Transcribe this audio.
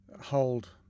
hold